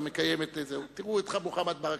תראו את מוחמד ברכה,